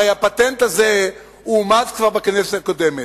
הרי הפטנט הזה אומץ כבר בכנסת הקודמת,